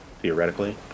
theoretically